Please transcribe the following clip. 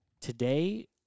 today